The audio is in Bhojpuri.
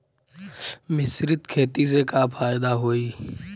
मिश्रित खेती से का फायदा होई?